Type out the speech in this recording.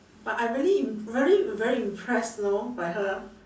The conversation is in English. but I really very very impressed know by her